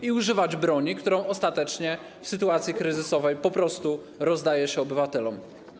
I używać broni, którą ostatecznie w sytuacji kryzysowej po prostu rozdaje się obywatelom.